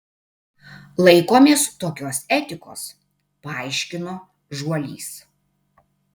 laikomės tokios etikos paaiškino žuolys